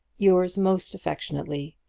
yours most affectionately,